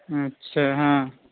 अच्छा हाँ